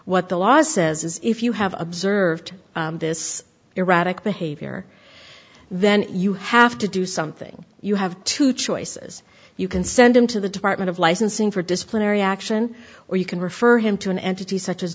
what the law says is if you have observed this erratic behavior then you have to do something you have two choices you can send him to the department of licensing for disciplinary action or you can refer him to an entity such as